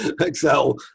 Excel